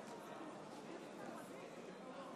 מי שלא בטוח היכן הוא